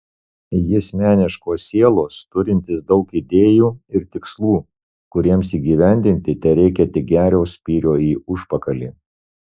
jis meniškos sielos turintis daug idėjų ir tikslų kuriems įgyvendinti tereikia tik gero spyrio į užpakalį